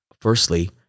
Firstly